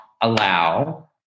allow